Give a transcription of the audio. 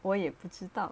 我也不知道